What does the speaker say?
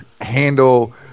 handle